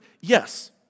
Yes